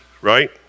right